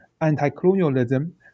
anti-colonialism